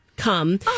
Come